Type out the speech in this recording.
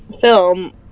film